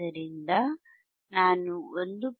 ಆದ್ದರಿಂದ ನಾನು 1